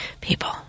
People